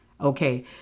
Okay